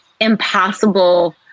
impossible